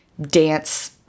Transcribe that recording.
dance